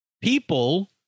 people